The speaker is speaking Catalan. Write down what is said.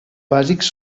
bàsics